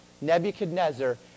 Nebuchadnezzar